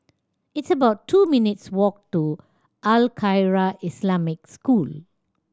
it's about two minutes' walk to Al Khairiah Islamic School